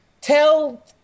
tell